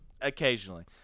occasionally